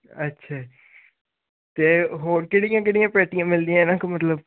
ਅੱਛਾ ਤੇ ਹੋਰ ਕਿਹੜੀਆਂ ਕਿਹੜੀਆਂ ਪੇਟੀਆਂ ਮਿਲਦੀਆਂ ਇਹਨਾ ਕੋਲ ਮਤਲਬ